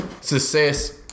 success